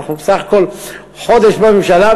אנחנו בסך הכול חודש בממשלה,